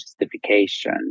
justification